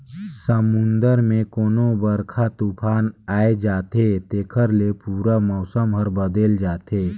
समुन्दर मे कोनो बड़रखा तुफान आये जाथे तेखर ले पूरा मउसम हर बदेल जाथे